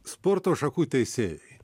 sporto šakų teisėjai